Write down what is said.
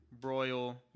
Broil